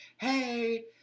hey